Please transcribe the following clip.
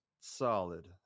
solid